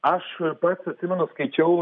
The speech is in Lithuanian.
aš pats atsimenu skaičiau